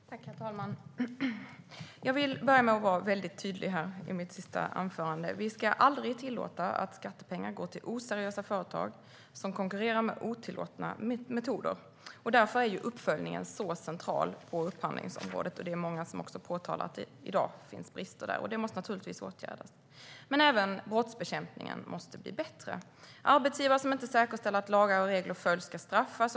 Herr talman! Jag vill börja med att vara väldigt tydlig i mitt sista anförande. Vi ska aldrig tillåta att skattepengar går till oseriösa företag som konkurrerar med otillåtna metoder. Därför är uppföljningen på upphandlingsområdet central. Det är många som har påtalat att det finns brister där i dag, och dessa måste naturligtvis åtgärdas. Även brottsbekämpningen måste bli bättre. Arbetsgivare som inte säkerställer att lagar och regler följs ska straffas.